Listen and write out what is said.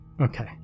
Okay